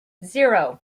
zero